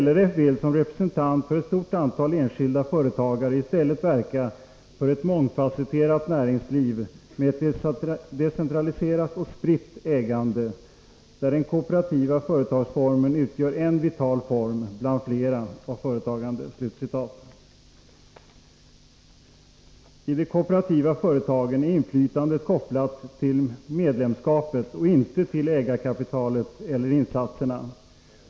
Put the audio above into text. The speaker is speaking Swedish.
LRF vill som representant för ett stort antal enskilda företagare i stället verka för ett mångfasetterat näringsliv med ett decentraliserat och spritt ägande, där den kooperativa företagsformen utgör en vital form, bland flera, av företagande.” I de kooperativa företagen är inflytandet kopplat till medlemskapet och inte till ägarkapitalet eller insatserna.